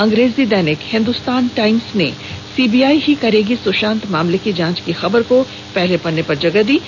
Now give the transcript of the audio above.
अंग्रेजी दैनिक हिन्दुस्तान टाईम्स ने सीबीआई ही करेगी सुशांत मामले की जांच की खबर को पहले पेज पर जगह दी है